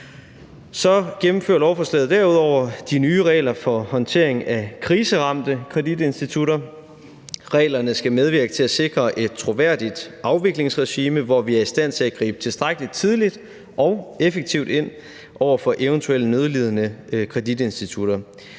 Så gennemfører lovforslaget derudover de nye regler for håndtering af kriseramte kreditinstitutter. Reglerne skal medvirke til at sikre et troværdigt afviklingsregime, hvor vi er i stand til at gribe tilstrækkeligt tidligt og effektivt ind over for eventuelle nødlidende kreditinstitutter.